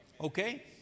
okay